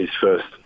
first